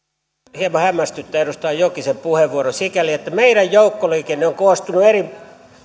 hieman hämmästyttää edustaja jokisen puheenvuoro sikäli että meidän joukkoliikenne on koostunut eri